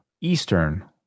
Eastern